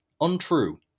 untrue